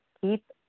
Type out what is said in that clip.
Keep